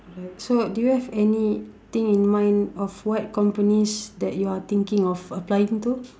right so do you have anything in mind of what companies that you are thinking of applying to